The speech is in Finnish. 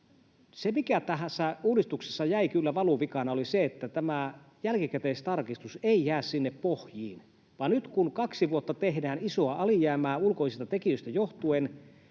Se, mikä tähän uudistukseen jäi kyllä valuvikana, oli se, että tämä jälkikäteistarkistus ei jää sinne pohjiin, vaan nyt kun kaksi vuotta tehdään isoa alijäämää ulkoisista tekijöistä johtuen,